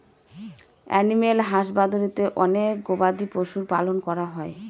animal হাসবাদরীতে অনেক গবাদি পশুদের পালন করা হয়